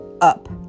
up